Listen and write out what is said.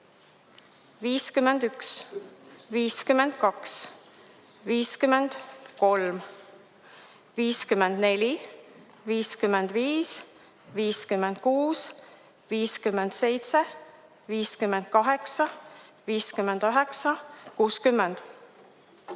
51, 52, 53, 54, 55, 56, 57, 58, 59, 60,